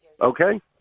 Okay